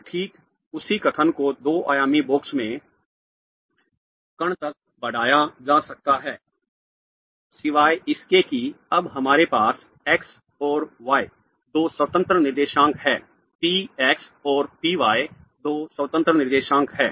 अब ठीक उसी कथन को दो आयामी बॉक्स में कण तक बढ़ाया जा सकता है सिवाय इसके कि अब हमारे पास x और y दो स्वतंत्र निर्देशांक हैं p x और p y दो स्वतंत्र निर्देशांक हैं